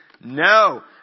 No